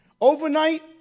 Overnight